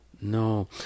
No